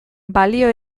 balio